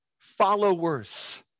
Followers